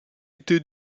été